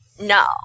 No